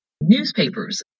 Newspapers